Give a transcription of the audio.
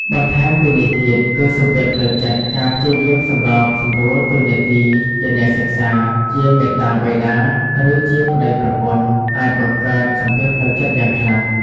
បន្ថែមពីនេះទៀត គឺ សម្ពាធផ្លូវចិត្ត ការព្យាយាមសម្របសម្រួលតួនាទីជាអ្នកសិក្សា ជាមាតាបិតា ឬជាប្តីប្រពន្ធ អាចបង្កើតសម្ពាធផ្លូវចិត្តយ៉ាងខ្លាំង។